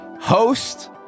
host